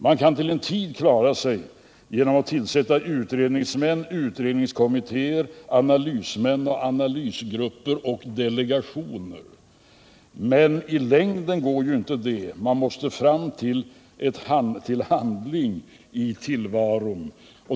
Man kan till en tid klara sig genom att tillsätta utredningsmän, utredningskommittéer, analysmän, analysgrupper och delegationer. Men i längden går inte det, man måste komma fram till handling i tillvaron.